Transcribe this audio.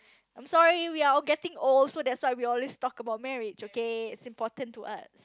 I'm sorry we're all getting old so that's why we always talk about marriage okay it's important to us